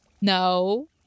No